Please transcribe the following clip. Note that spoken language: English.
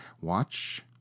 watch